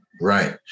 Right